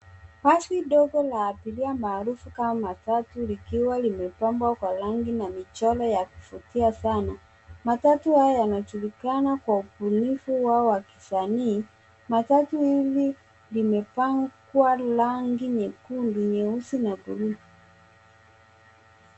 Basi ndogo la abiria maarufu kama matatu likiwa limepambwa kwa rangi na michoro ya kuvutia sana. Matatu haya yanajulikana saba kwa ubunifu wao wa kisanii. Matatu hivi vimepakwa rangi ya nyekundu, nyeusi na buluu.